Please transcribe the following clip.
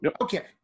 Okay